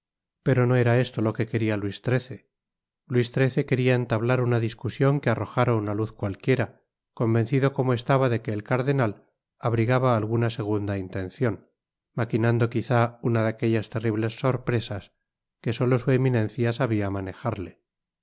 pero no era esto lo que queria luis xiii luis xiii queria entablar una discusion que arrojára una luz cualquiera convencido como estaba de que el cardenal abrigaba alguna segunda intencion maquinando quizá una de aquellas terribles sorpresas que solo su eminencia sabia manejarle